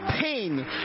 pain